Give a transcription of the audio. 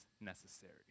necessary